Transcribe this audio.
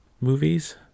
movies